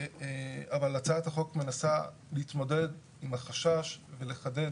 אבל הצעת החוק מנסה להתמודד עם החשש ולחדד